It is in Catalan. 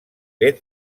ben